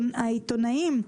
העיתונאים,